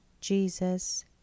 Jesus